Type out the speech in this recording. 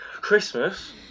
Christmas